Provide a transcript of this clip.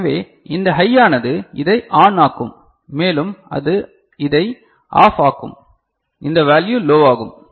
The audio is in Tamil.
எனவே இந்த ஹையானது இதை ஆன் ஆக்கும் மேலும் அது இதை ஆஃப் ஆக்கும் இந்த வேல்யு லோவாகும்